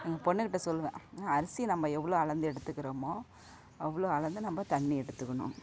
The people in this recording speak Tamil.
எங்கள் பெண்ணுகிட்ட சொல்வேன் அரிசி நம்ம எவ்வளோ அளந்து எடுத்துக்கறோமோ அவ்வளோ அளந்து நம்ம தண்ணி எடுத்துக்கணும்